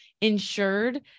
insured